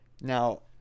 now